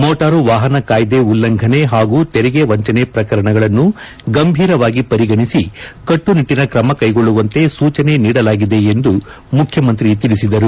motor ವಾಹನ ಕಾಯ್ದೆ ಉಲಂಘನೆ ಹಾಗೂ ತೆರಿಗೆ ವಂಚನೆ ಪ್ರಕರಣಗಳನ್ನು ಗಂಭೀರವಾಗಿ ಪರಿಗಣಿಸಿ ಕಟ್ಟುನಿಟ್ಟಿನ ಕ್ರಮ ಕೈಗೊಳ್ಳುವಂತೆ ಸೂಚನೆ ನೀಡಲಾಗಿದೆ ಎಂದು ಮುಖ್ಯಮಂತ್ರಿ ತಿಳಿಸಿದರು